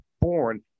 born